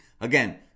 Again